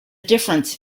difference